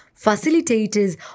Facilitators